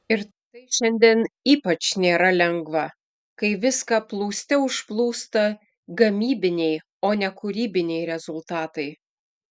ir tai šiandien ypač nėra lengva kai viską plūste užplūsta gamybiniai o ne kūrybiniai rezultatai